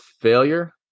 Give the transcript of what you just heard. failure